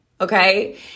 okay